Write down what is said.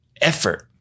effort